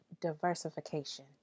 diversification